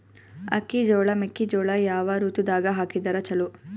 ಅಕ್ಕಿ, ಜೊಳ, ಮೆಕ್ಕಿಜೋಳ ಯಾವ ಋತುದಾಗ ಹಾಕಿದರ ಚಲೋ?